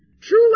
True